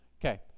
Okay